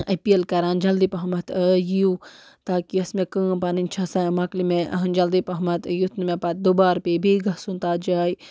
appeal کران جلدی پہمتھ یِیِو تاکہِ یۄس مےٚ کٲم پَنٕنۍ چھِ سۄ مَکلہِ مےٚ جلدی پہمتھ یُتھ نہٕ مےٚ پَتہٕ دُبارٕ پیٚیہِ بیٚیہِ گژھُن تَتھ جایہِ